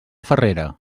farrera